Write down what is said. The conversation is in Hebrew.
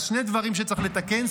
שני דברים שצריך לתקן,